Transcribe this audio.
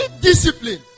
discipline